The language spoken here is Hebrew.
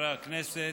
חברי הכנסת,